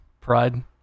pride